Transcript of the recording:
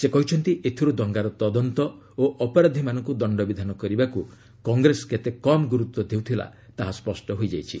ସେ କହିଛନ୍ତି ଏଥିରୁ ଦଙ୍ଗାର ତଦନ୍ତ ଓ ଅପରାଧୀମାନଙ୍କୁ ଦଶ୍ଚବିଧାନ କରିବାକୁ କଂଗ୍ରେସ କେତେ କମ୍ ଗୁରୁତ୍ୱ ଦେଉଥିଲା ତାହା ସ୍ୱଷ୍ଟ ହୋଇଯାଇଛି